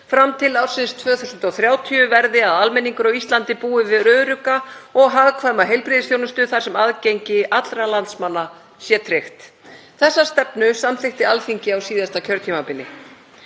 fram til ársins 2030 verði að almenningur á Íslandi búi við örugga og hagkvæma heilbrigðisþjónustu þar sem aðgengi allra landsmanna sé tryggt. Þessa stefnu samþykkti Alþingi á síðasta kjörtímabili.